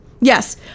Yes